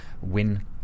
win